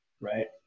right